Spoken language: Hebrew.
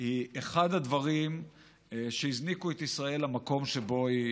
היא אחד הדברים שהזניקו את ישראל למקום שבו היא